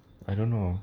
I don't know